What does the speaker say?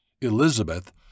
Elizabeth